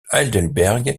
heidelberg